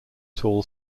tall